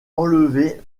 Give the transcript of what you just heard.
enlevée